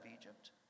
Egypt